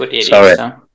Sorry